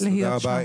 תודה רבה.